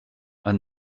and